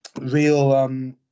real